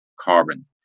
carbon